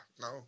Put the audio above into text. no